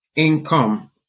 Income